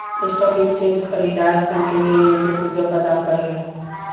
stock exchange खरीदारसन के लेन देन के सुबिधा परदान करेला